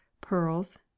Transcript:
pearls